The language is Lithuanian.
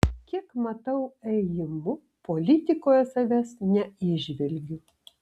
kiek matau ėjimų politikoje savęs neįžvelgiu